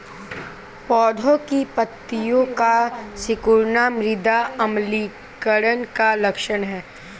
पौधों की पत्तियों का सिकुड़ना मृदा अम्लीकरण का लक्षण है